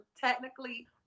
technically